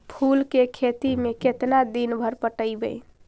फूल के खेती में केतना दिन पर पटइबै?